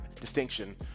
distinction